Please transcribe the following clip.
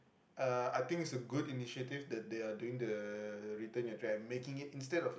uh I think it's a good initiative that they are doing the return your try and making it instead of